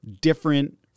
different